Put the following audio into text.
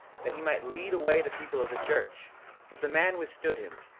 that he might lead away the people of the church but the man withstood him,